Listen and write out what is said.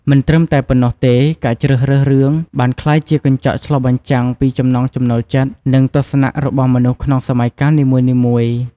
មិនត្រឹមតែប៉ុណ្ណោះទេ ការជ្រើសរើសរឿងបានក្លាយជាកញ្ចក់ឆ្លុះបញ្ចាំងពីចំណង់ចំណូលចិត្ត និងទស្សនៈរបស់មនុស្សក្នុងសម័យកាលនីមួយៗ ។